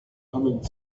humming